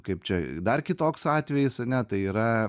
kaip čia dar kitoks atvejis ane tai yra